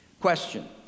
question